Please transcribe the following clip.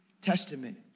Testament